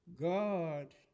God